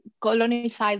colonized